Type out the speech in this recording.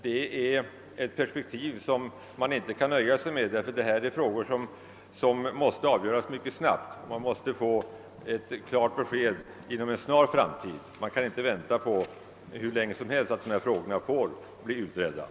Det är ett perspektiv som gör att man inte kan vara nöjd, ty här rör det sig om frågor som måste avgöras mycket snabbt. Vi kan inte vänta hur länge som helst på en utredning av dem.